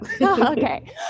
Okay